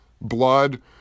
Blood